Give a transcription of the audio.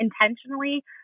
intentionally